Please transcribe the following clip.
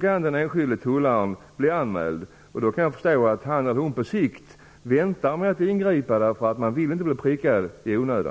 kan den enskilde tullaren bli anmäld. Då kan jag förstå att han eller hon på sikt väntar med att ingripa. Man vill inte bli prickad i onödan.